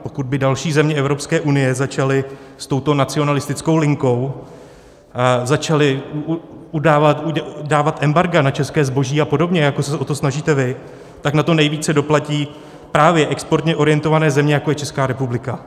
Pokud by další země Evropské unie začaly s touto nacionalistickou linkou, začaly dávat embarga na české zboží a podobně, jako se o to snažíte vy, tak na to nejvíce doplatí právě exportně orientované země, jako je Česká republika.